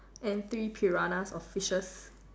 and three piranhas of fishes